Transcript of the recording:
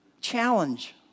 challenge